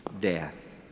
death